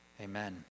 amen